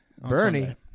bernie